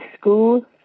school